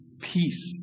peace